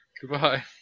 Goodbye